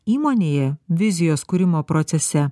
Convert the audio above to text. įmonėje vizijos kūrimo procese